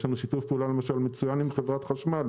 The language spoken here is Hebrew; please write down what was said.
יש לנו למשל שיתוף פעולה מצוין עם חברת החשמל,